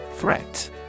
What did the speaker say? Threat